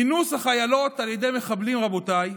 אינוס החיילות על ידי מחבלים, רבותיי,